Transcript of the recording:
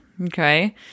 Okay